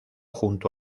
junto